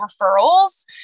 referrals